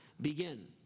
begin